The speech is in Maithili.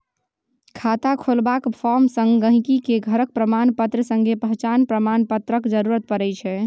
खाता खोलबाक फार्म संग गांहिकी केर घरक प्रमाणपत्र संगे पहचान प्रमाण पत्रक जरुरत परै छै